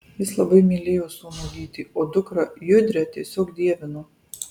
jis labai mylėjo sūnų gytį o dukrą judrę tiesiog dievino